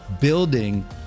building